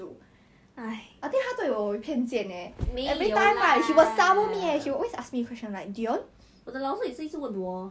then 他叫我帮他 return 他的碗 leh 哪里他叫我帮他买水 leh 我是你女佣 meh obviously not